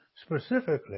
Specifically